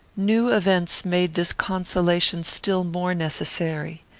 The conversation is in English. new events made this consolation still more necessary.